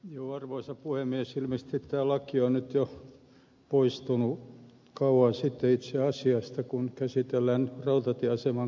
ilmeisesti tämä keskustelu on nyt poikennut jo kauan sitten itse asiasta kun jo käsitellään rautatieaseman kameroita